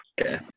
Okay